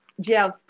Jeff